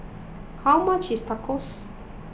how much is Tacos